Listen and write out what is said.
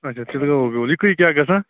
اچھا تریٚلہ بیول یہِ کٔہہ کیاہ گَژھان